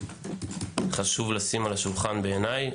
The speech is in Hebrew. יש לשים זאת על השולחן.